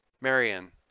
Marion